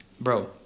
bro